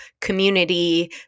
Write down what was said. community